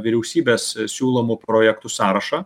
vyriausybės siūlomų projektų sąrašą